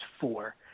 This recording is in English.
four